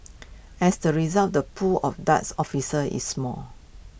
as A result the pool of Darts officers is small